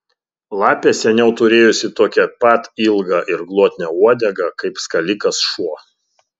lapė seniau turėjusi tokią pat ilgą ir glotnią uodegą kaip skalikas šuo